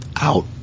out